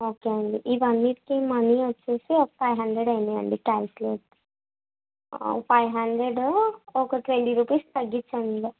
okay అండి ఇవన్నిటికీ money వచ్చి ఒక ఫైవ్ హండ్రెడ్ అయ్యాయండి కాలిక్యూలేట్ ఫైవ్ హండ్రెడు ఒక ట్వంటీ రూపీస్ తగ్గించాను అందులో